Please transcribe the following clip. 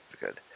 good